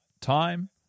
time